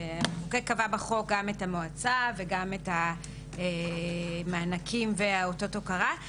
והמחוקק קבע בחוק גם את המועצה וגם את המענקים ואותו ההוקרה,